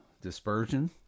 dispersion